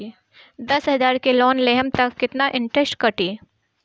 दस हजार के लोन लेहम त कितना इनट्रेस कटी?